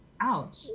Ouch